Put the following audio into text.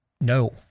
No